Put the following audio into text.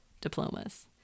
diplomas